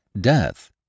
Death